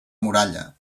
muralla